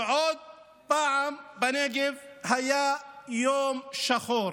ושוב בנגב היה יום שחור.